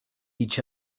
each